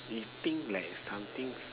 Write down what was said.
you think like something